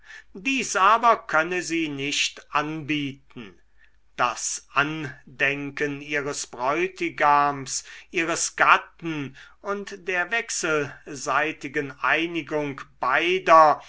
dies aber könne sie nicht anbieten das andenken ihres bräutigams ihres gatten und der wechselseitigen einigung beider